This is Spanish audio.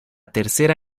tercera